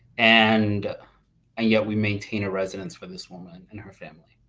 and and yet we maintain a residents for this woman and her family.